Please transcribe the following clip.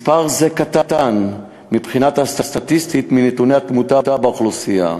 מספר זה קטן מבחינה סטטיסטית מנתוני התמותה באוכלוסייה.